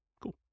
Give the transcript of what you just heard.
Cool